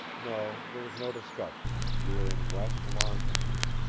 no, there is no discussion you are in west longitude.